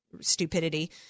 stupidity